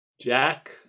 Jack